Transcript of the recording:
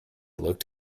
looked